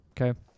okay